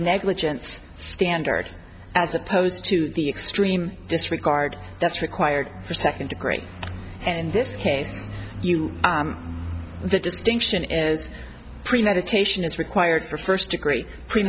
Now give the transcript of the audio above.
negligence standard as opposed to the extreme disregard that's required for second degree and in this case you the distinction is premeditation is required for first degree pre